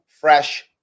fresh